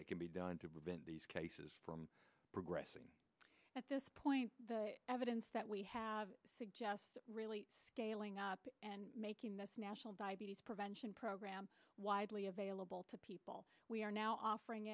that can be done to prevent cases from progressing at this point the evidence that we have suggests really scaling up and making this national diabetes prevention program widely available to people we are now offering